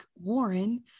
Warren